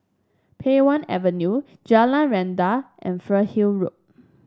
Pei Wah Avenue Jalan Rendang and Fernhill Road